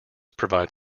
provide